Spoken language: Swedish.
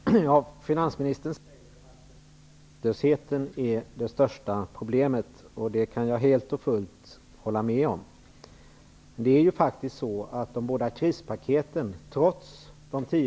Fru talman! Finansministern säger att den höga arbetslösheten är det största problemet. Det kan jag helt och fullt hålla med om.